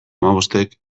hamabostek